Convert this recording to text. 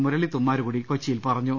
മുരളി തുമ്മാരുകുടി കൊച്ചിയിൽ പറഞ്ഞു